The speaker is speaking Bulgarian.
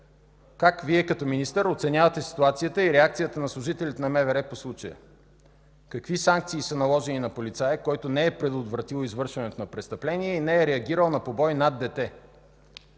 как Вие като министър оценявате ситуацията и реакцията на служителите на МВР по случая? Какви санкции са наложени на полицая, който не е предотвратил извършването на престъпление и не е реагирал на побой над дете